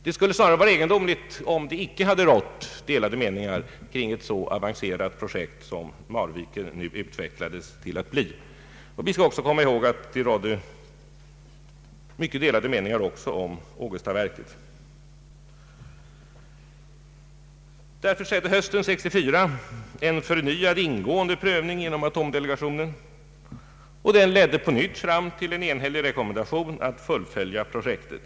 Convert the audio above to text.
Det skulle snarare varit egendomligt om det icke hade rått delade meningar kring ett så avancerat projekt som Marviken nu utvecklades till att bli. Vi bör komma ihåg att det också hade rått mycket delade meningar om Ågestaverket. Av denna anledning skedde hösten 1964 en förnyad ingående prövning inom atomdelegationen, och den ledde på nytt fram till en enhällig rekommendation att fullfölja projektet.